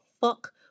fuck